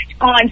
On